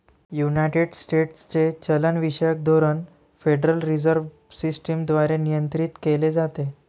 United स्टेट्सचे चलनविषयक धोरण फेडरल रिझर्व्ह सिस्टम द्वारे नियंत्रित केले जाते